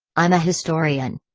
i'm a historian.